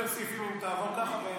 על יותר סעיפים אם תעבור ככה,